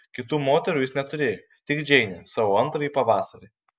kitų moterų jis neturėjo tik džeinę savo antrąjį pavasarį